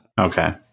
okay